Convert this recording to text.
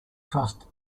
trust